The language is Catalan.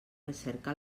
recerca